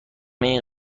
این